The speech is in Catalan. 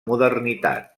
modernitat